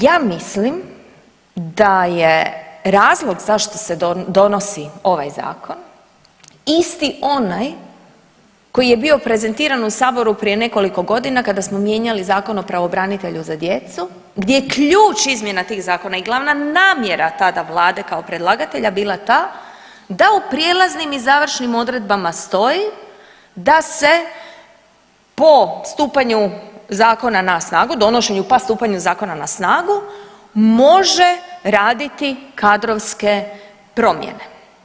Ja mislim da je razlog zašto se donosi ovaj zakon isti onaj koji je bio prezentiran u saboru prije nekoliko godina kada smo mijenjali Zakon o pravobranitelju za djecu gdje ključ izmjena tih zakona i glavna namjera tada vlade kao predlagatelja bila ta da u prijelaznim i završnim odredbama stoji da se po stupanju zakona na snagu, donošenju pa stupanja zakona na snagu može raditi kadrovske promjene.